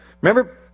Remember